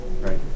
Right